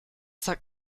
sagt